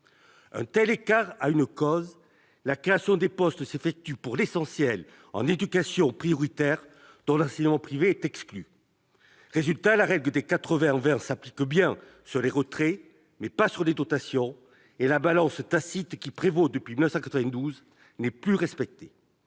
Un tel écart a une cause : la création des postes s'effectue pour l'essentiel en zone d'éducation prioritaire, dont l'enseignement privé est exclu. Résultat : la règle des 80-20 s'applique bien sur les retraits, mais pas sur les dotations, et la balance tacite qui prévaut depuis 1992 n'est plus respectée.